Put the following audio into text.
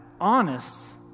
honest